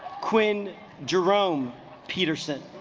quinn jerome peterson